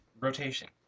rotation